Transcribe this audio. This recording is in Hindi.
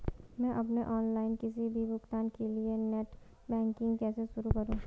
मैं अपने ऑनलाइन किसी भी भुगतान के लिए नेट बैंकिंग कैसे शुरु करूँ?